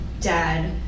dad